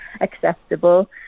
acceptable